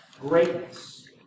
greatness